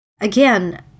Again